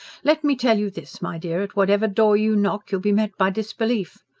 let me tell you this, my dear at whatever door you knock, you'll be met by disbelief.